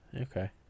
Okay